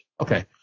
okay